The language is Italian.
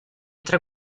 tra